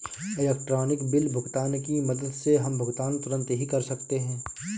electronic bill भुगतान की मदद से हम भुगतान तुरंत ही कर सकते हैं